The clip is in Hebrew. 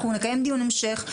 אנחנו נקיים דיון המשך,